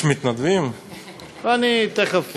יש מתנדבים, תכף.